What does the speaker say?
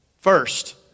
first